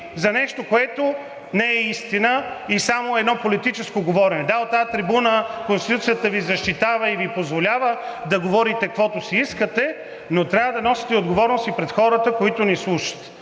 за нещо, което не е истина и е само едно политическо говорене. Да, от тази трибуна Конституцията Ви защитава и Ви позволява да говорите каквото си искате, но трябва да носите отговорност и пред хората, които ни слушат.